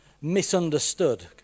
misunderstood